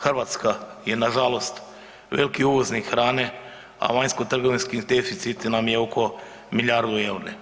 Hrvatska je nažalost veliki uvoznik hrane, a vanjsko-trgovinski deficit nam je oko milijardu eura.